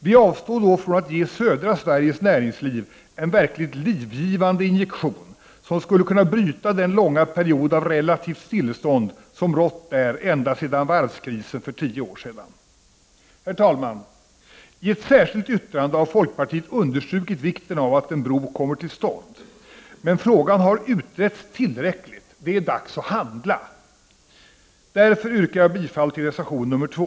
Vi avstår då från att ge södra Sveriges näringsliv en verkligt livgivande injektion, som skulle kunna bryta den långa period av relativt stillestånd som rått där ända sedan varvskrisen för tio år sedan. Herr talman! I ett särskilt yttrande har folkpartiet understrukit vikten av att en bro kommer till stånd. Frågan har utretts tillräckligt — det är dags att handla! Därför yrkar jag bifall till reservation nr 2.